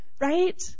Right